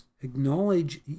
acknowledge